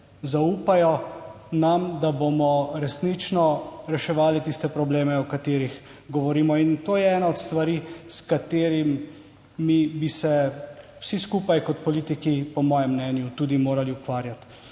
zaupajo nam, da bomo resnično reševali tiste probleme, o katerih govorimo. In to je ena od stvari, s katerimi bi se vsi skupaj kot politiki po mojem mnenju tudi morali ukvarjati.